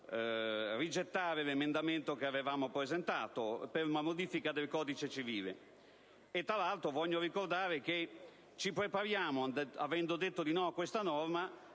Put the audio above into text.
dovuto rigettare l'emendamento che avevamo presentato per una modifica del codice civile. Tra l'altro, voglio ricordare che, avendo l'Assemblea oggi detto di no a questa norma,